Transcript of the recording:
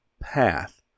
path